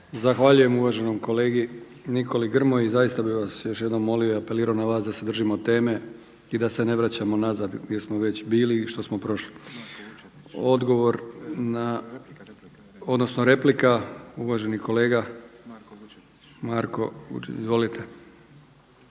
Zahvaljujem uvaženom kolegi Nikoli Grmoji. Zaista bih vas još jednom molio i apelirao na vas da se držimo teme i da se ne vraćamo nazad gdje smo već bili i što smo prošli. Replika uvaženi kolega Marko Vučetić.